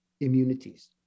immunities